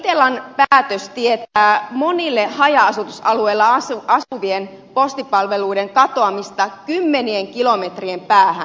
itellan päätös tietää monille haja asutusalueilla asuville postipalveluiden katoamista kymmenien kilometrien päähän